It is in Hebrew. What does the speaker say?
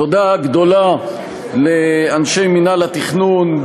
תודה גדולה לאנשי מינהל התכנון,